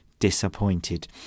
Disappointed